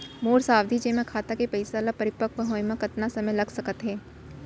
मोर सावधि जेमा खाता के पइसा ल परिपक्व होये म कतना समय लग सकत हे?